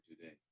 today